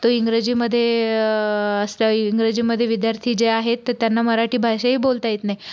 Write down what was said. तो इंग्रजीमध्ये असलई इंग्रजीमध्ये विद्यार्थी जे आहेत त्यांना मराठी भाषाही बोलता येत नाही